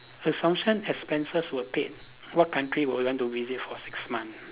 assumption expenses were paid what country will you want to visit for six month